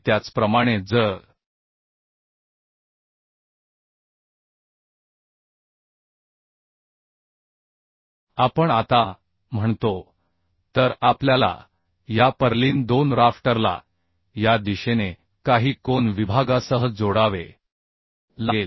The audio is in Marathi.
त्याचप्रमाणे जर आपण आता म्हणतो तर आपल्याला या पर्लिन दोन राफ्टरला या दिशेने काही कोन विभागासह जोडावे लागेल